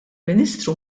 ministru